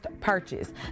purchase